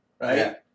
right